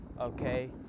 okay